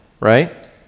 right